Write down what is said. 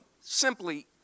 simply